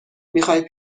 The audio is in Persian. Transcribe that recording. میخای